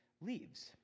leaves